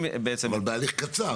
הם בעצם --- אבל, בהליך קצר.